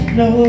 no